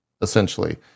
essentially